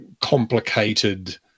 complicated